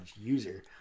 user